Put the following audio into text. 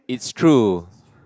it's true